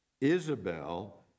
Isabel